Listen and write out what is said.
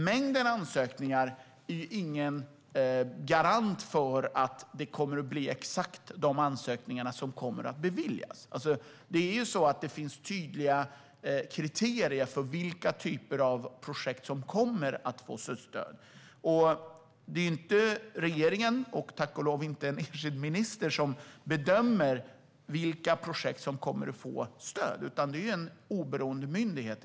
Mängden ansökningar är ingen garant för att det kommer att bli exakt de ansökningarna som beviljas. Det finns tydliga kriterier för vilka typer av projekt som kommer att få stöd. Det är inte regeringen och tack och lov inte en enskild minister som bedömer vilka projekt som kommer att få stöd, utan det är en oberoende myndighet.